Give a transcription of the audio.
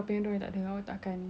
always think what you don't have